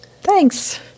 Thanks